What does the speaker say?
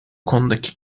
konudaki